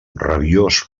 rabiós